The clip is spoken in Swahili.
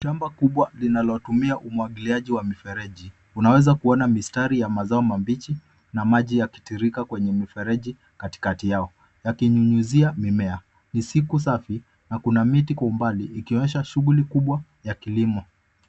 Shamba kubwa linalotumia umwagiliaji wa mifereji. Unawezakuona mistari ya mazo mabichi na maji yakitiririka kwenye mifereji katikati yao yakinyunyuzia mimea. Ni siku safi na kuna miti kwa umbali ikionyesha shughuli kubwa ya kilimo.